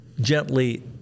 gently